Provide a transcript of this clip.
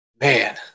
Man